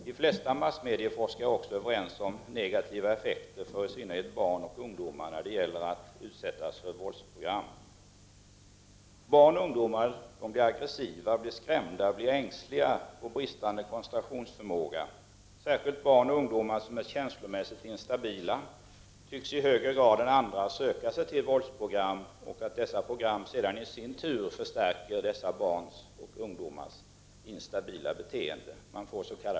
De flesta massmedieforskare är också överens om att det blir negativa effekter för i synnerhet barn och ungdomar när de ser våldsprogram. Barn och ungdomar blir aggressiva, skrämda och ängsliga och får sämre koncentrationsförmåga. Särskilt barn och ungdomar som är känslomässigt instabila tycks i högre grad än andra söka sig till våldsprogram, och dessa program förstärker i sin tur dessa barns och ungdomars instabila beteende.